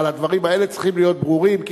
אבל הדברים האלה צריכים להיות ברורים,